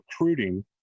recruiting